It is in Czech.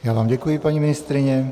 Já vám děkuji, paní ministryně.